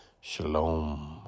Shalom